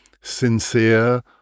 sincere